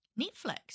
Netflix